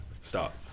Stop